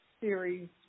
series